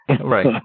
Right